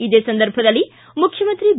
ಇದೇ ಸಂದರ್ಭದಲ್ಲಿ ಮುಖ್ಯಮಂತ್ರಿ ಬಿ